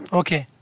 okay